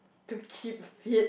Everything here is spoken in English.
to keep fit